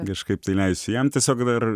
kažkaip tai leisiu jam tiesiog dabar